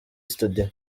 studio